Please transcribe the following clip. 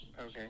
Okay